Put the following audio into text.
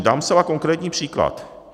Dám zcela konkrétní příklad.